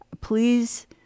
please